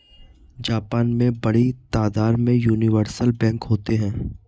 Japan में बड़ी तादाद में यूनिवर्सल बैंक होते हैं